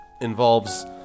Involves